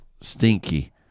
stinky